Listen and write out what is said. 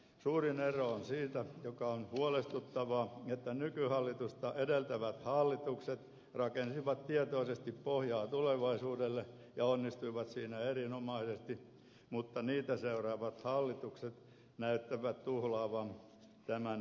suurin ero on siinä mikä on huolestuttavaa että nykyhallitusta edeltävät hallitukset rakensivat tietoisesti pohjaa tulevaisuudelle ja onnistuivat siinä erinomaisesti mutta niitä seuranneet hallitukset näyttävät tuhlaavan tämän aikaansaadun pääoman